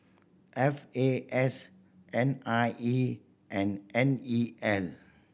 F A S N I E and N E L